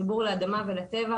חיבור לאדמה ולטבע.